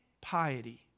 piety